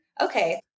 okay